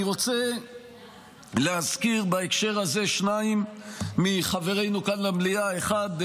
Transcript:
אני רוצה להזכיר בהקשר הזה שניים מחברינו כאן למליאה: אחד,